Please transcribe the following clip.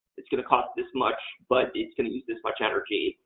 it's going to cost this much, but it's going to eat this much energy.